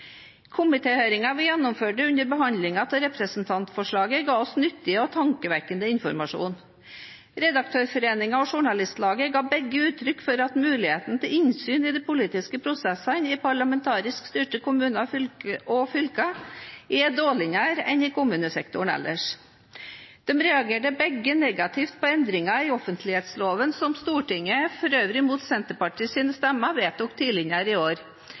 vi gjennomførte under behandlingen av representantforslaget, ga oss nyttig og tankevekkende informasjon. Redaktørforeningen og Journalistlaget ga begge uttrykk for at muligheten til innsyn i de politiske prosessene i parlamentarisk styrte kommuner og fylker er dårligere enn i kommunesektoren ellers. De reagerte begge negativt på endringene i offentlighetsloven, som Stortinget – for øvrig mot Senterpartiets stemmer – vedtok tidligere i år,